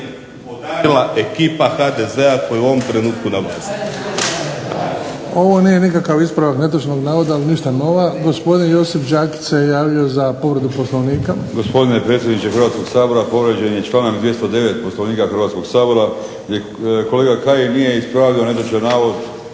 podarila ekipa HDZ-a koji je u ovom trenutku na